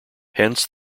hence